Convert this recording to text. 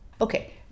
okay